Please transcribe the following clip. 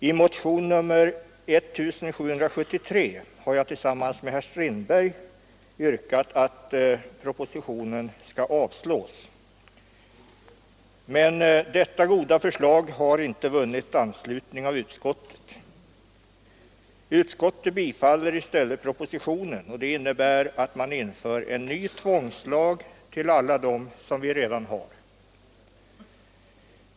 I motionen 1773 har jag tillsammans med herr Strindberg yrkat att propositionen skall avslås. Detta goda förslag har dock inte vunnit anslutning i utskottet. Utskottet tillstyrker i stället propositionen, vilket innebär att man vill införa en ny tvångslag till alla dem som vi redan har.